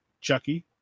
Chucky